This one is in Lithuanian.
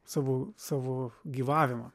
savo savo gyvavimą